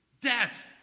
death